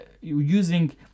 using